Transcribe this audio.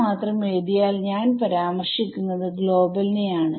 മാത്രം എഴുതിയാൽ ഞാൻ പരാമർശിക്കുന്നത് ഗ്ലോബൽ നെ ആണ്